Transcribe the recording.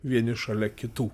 vieni šalia kitų